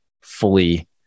fully